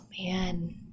man